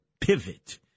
pivot